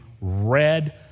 red